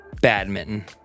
badminton